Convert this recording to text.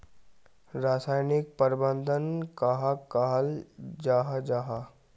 रासायनिक प्रबंधन कहाक कहाल जाहा जाहा?